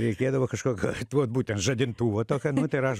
reikėdavo kažkokio vat būtent žadintuvo tokio nu tai ir aš